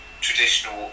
traditional